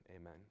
amen